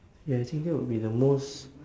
ya I think that would be the most